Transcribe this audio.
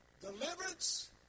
Deliverance